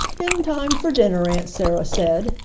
in time for dinner aunt sarah said,